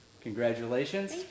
Congratulations